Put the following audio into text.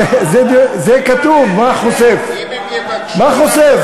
זה כתוב, מה חושף?